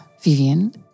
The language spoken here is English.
Vivian